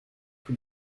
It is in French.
tout